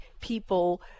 people